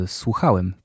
słuchałem